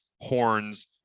Horns